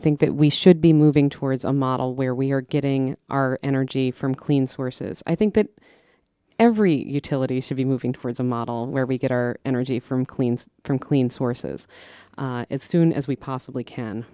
think that we should be moving towards a model where we are getting our energy from clean sources i think that every utilities should be moving towards a model where we get our energy from clean from clean sources as soon as we possibly can